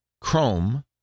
Chrome